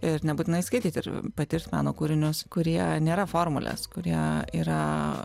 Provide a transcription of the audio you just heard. ir nebūtinai skaityti ir patirt meno kūrinius kurie nėra formulės kurie yra